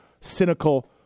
cynical